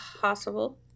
possible